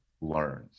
learns